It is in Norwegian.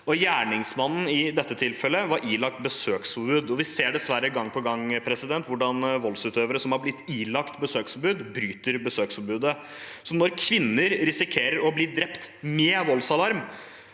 Gjerningsmannen i dette tilfellet var ilagt besøksforbud, og vi ser dessverre gang på gang hvordan voldsutøvere som har blitt ilagt besøksforbud, bryter besøksforbudet. Når kvinner med voldsalarm